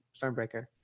Stormbreaker